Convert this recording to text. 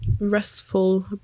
restful